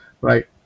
right